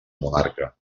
monarca